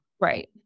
Right